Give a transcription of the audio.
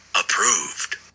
Approved